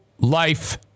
life